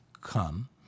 come